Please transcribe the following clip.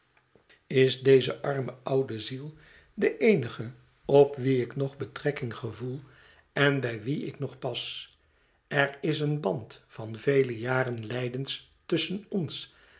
is deze arme oude ziel de eenige op wie ik nog betrekking gevoel en bij wie ik nog pas er is een band van vele jaren lijdens tusschen ons